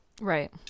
Right